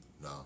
No